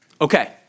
Okay